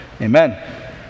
Amen